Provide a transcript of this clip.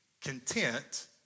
content